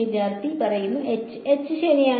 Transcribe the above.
വിദ്യാർത്ഥി h h ശരിയാണ്